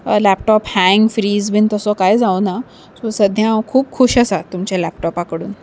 laptop hang freeze बीन तसो कांय जावंना सो सद्या हांव खूब खूश आसां तुमच्या लॅपटॉपा कडून